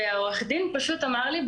העורך דין פשוט אמר לי,